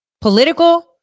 Political